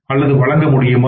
அல்லது வழங்க முடியுமா